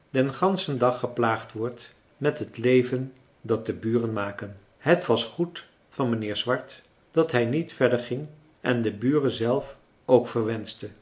den ganschen dag geplaagd wordt met het leven dat de buren maken het was goed van mijnheer swart dat hij niet verder ging en de buren zelf ook verwenschte